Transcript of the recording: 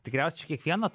tikriausiai čia kiekvieną